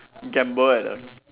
gamble at the